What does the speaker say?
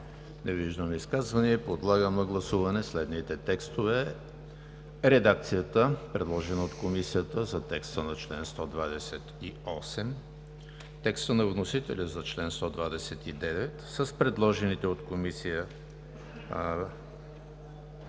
Не виждам. Подлагам на гласуване следните текстове: редакцията, предложена от Комисията за текста на чл. 128; текстът на вносителя за чл. 129 с предложените от Комисията